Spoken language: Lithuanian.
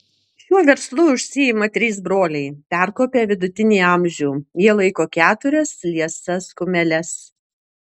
šiuo verslu užsiima trys broliai perkopę vidutinį amžių jie laiko keturias liesas kumeles